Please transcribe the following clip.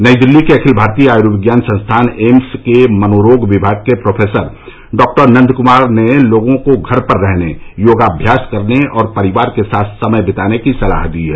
नई दिल्ली के अखिल भारतीय आयुर्विज्ञान संस्थान एम्स के मनोरोग विभाग के प्रोफेसर डॉक्टर नन्द कुमार ने लोगों को घर पर रहने योगाभ्यास करने और परिवार के साथ समय बिताने की सलाह दी है